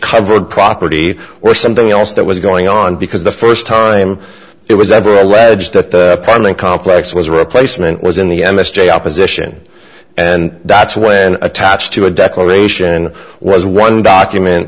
covered property or something else that was going on because the first time it was ever alleged that the apartment complex was a replacement was in the m s j opposition and that's when attached to a declaration was one document